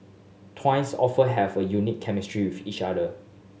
often have a unique chemistry with each other